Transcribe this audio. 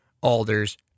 Alders